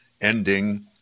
ending